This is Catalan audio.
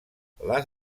les